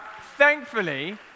thankfully